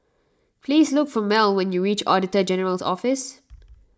please look for Mel when you reach Auditor General's Office